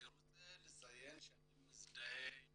אני רוצה לציין שאני מזדהה עם